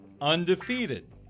undefeated